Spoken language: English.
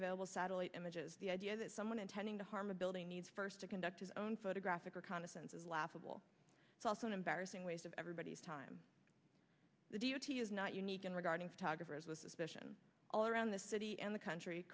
available satellite images the idea that someone intending to harm a building needs first to conduct his own photographic work on a sense is laughable it's also an embarrassing waste of everybody's time the duty is not unique and regarding photographers with suspicion all around the city and the country